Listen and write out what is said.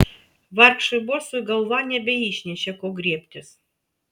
vargšui bosui galva nebeišnešė ko griebtis